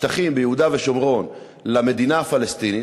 שטחים ביהודה ושומרון למדינה הפלסטינית,